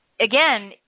again